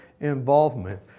involvement